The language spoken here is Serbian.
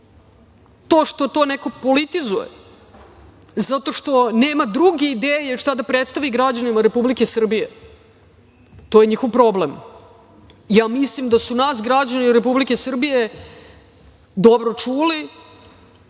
To što neko to politizuje, zato što nema druge ideje šta da predstavi građanima Republike Srbije, to je njihov problem. Mislim da su nas građani Republike Srbije dobro čuli